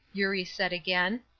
eurie said again.